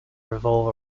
revolve